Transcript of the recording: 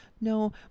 no